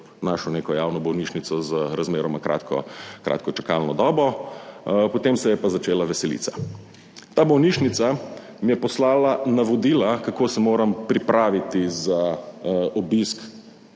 našel neko javno bolnišnico z razmeroma kratko, kratko čakalno dobo. Potem se je pa začela veselica. Ta bolnišnica mi je poslala navodila, kako se moram pripraviti za obisk